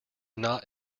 not